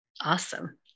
Awesome